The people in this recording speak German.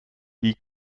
die